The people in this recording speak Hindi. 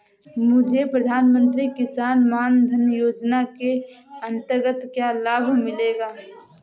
मुझे प्रधानमंत्री किसान मान धन योजना के अंतर्गत क्या लाभ मिलेगा?